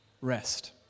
rest